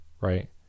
Right